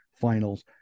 finals